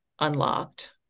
unlocked